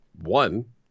One